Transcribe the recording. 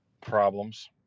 Problems